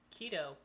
Keto